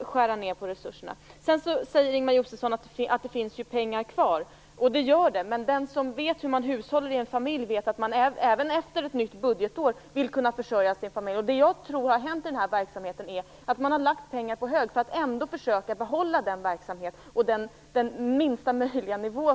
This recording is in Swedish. skära ned på resurserna är inte bra. Ingemar Josefsson säger vidare att det ju finns pengar kvar. Det gör det, men den som känner till hur man hushållar i en familj vet att man även efter ett nytt budgetår vill kunna försörja familjen. Vad jag tror har hänt i den här verksamheten är att man har lagt pengar på hög för att försöka behålla verksamheten på lägsta möjliga nivå.